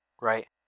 right